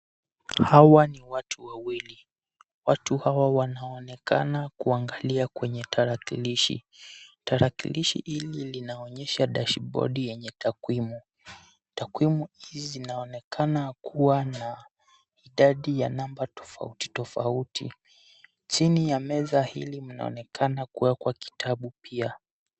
Hawa ni watu wawili. Watu hawa wanaonekana kuangalia kwenye tarakilishi. Tarakilishi hili linaonyesha dashbodi yenye takwimu. Takwimu hizi zinaonekana kuwa na idadi ya namba tofauti tofauti. Chini ya meza hili mnaonekana kuwekwa kwa kitabu pia.